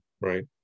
right